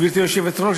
גברתי היושבת-ראש,